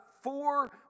four